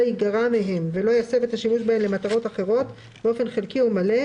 לא יגרע מהן ולא יסב את השימוש בהן למטרות אחרות באופן חלקי או מלא,